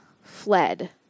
fled